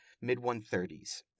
mid-130s